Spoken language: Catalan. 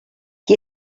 qui